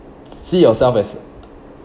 see yourself as